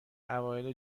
اوایل